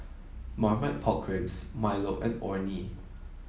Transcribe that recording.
Marmite Pork Ribs Milo and Orh Nee